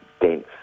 dense